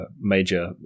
major